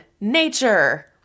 nature